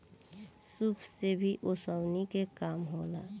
सूप से भी ओसौनी के काम होला